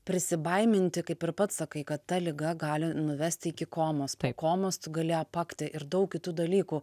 prisibaiminti kaip ir pats sakai kad ta liga gali nuvesti iki komos po komos tu gali apakti ir daug kitų dalykų